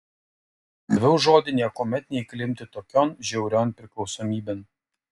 daviau žodį niekuomet neįklimpti tokion žiaurion priklausomybėn